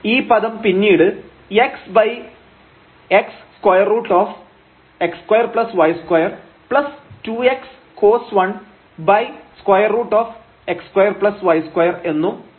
ഈ പദം പിന്നീട് xx√x2 y2 2x cos⁡1√x2y2 എന്നും ലഭിക്കും